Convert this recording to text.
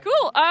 cool